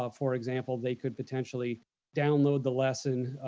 ah for example, they could potentially download the lesson,